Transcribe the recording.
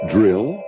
Drill